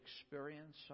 experience